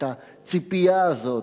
את הציפייה הזאת,